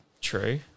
True